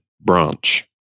branch